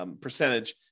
percentage